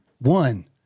One